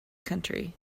country